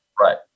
Right